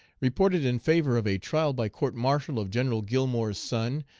reported in favor of a trial by court-martial of general gillmore's son,